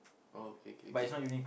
oh okay okay okay